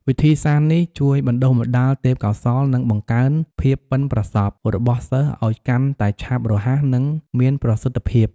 វិធីសាស្ត្រនេះ ជួយបណ្ដុះបណ្ដាលទេពកោសល្យ និងបង្កើនភាពប៉ិនប្រសប់របស់សិស្សឱ្យកាន់តែឆាប់រហ័ស និងមានប្រសិទ្ធភាព។